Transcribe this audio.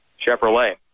Chevrolet